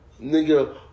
Nigga